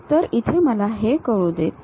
तर मला इथे हे आकडे लिहू देत